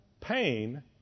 Pain